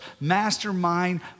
mastermind